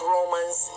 Romans